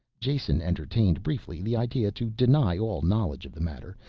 jason entertained briefly the idea to deny all knowledge of the matter,